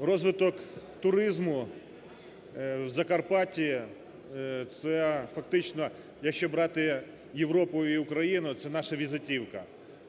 Розвиток туризму в Закарпатті – це фактично, якщо брати Європу і Україну, це наша візитівка.